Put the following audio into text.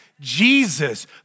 Jesus